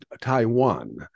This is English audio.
taiwan